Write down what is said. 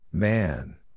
Man